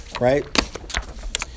right